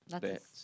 Bits